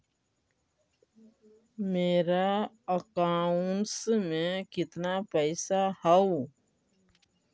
मेरा अकाउंटस में कितना पैसा हउ?